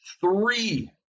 three